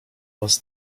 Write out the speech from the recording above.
was